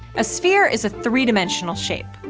a sphere is a three-dimensional shape,